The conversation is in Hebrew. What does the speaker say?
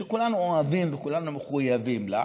שכולנו אוהבים וכולנו מחויבים לה,